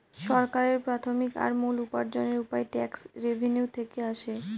সরকারের প্রাথমিক আর মূল উপার্জনের উপায় ট্যাক্স রেভেনিউ থেকে আসে